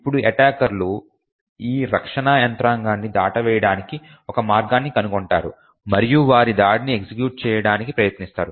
ఇప్పుడు ఎటాకర్ లు ఈ రక్షణ యంత్రాంగాన్ని దాటవేయడానికి ఒక మార్గాన్ని కనుగొంటారు మరియు వారి దాడిని ఎగ్జిక్యూట్ చేయడానికి ప్రయత్నిస్తారు